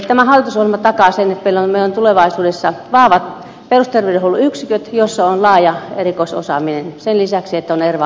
tämä hallitusohjelma takaa sen että meillä on tulevaisuudessa vahvat perusterveydenhuollon yksiköt joissa on laaja erikoisosaaminen sen lisäksi että on erva alueet